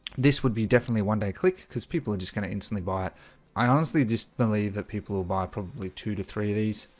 this would be definitely one day click because people are just gonna instantly buy it i honestly just believe that people will buy probably two to three of these